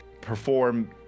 perform